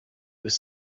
was